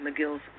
McGill's